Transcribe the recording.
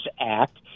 Act